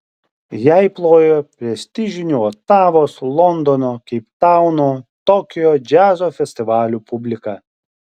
jai plojo prestižinių otavos londono keiptauno tokijo džiazo festivalių publika